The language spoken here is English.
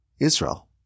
Israel